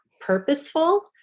purposeful